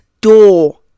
door